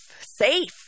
safe